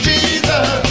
Jesus